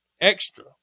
extra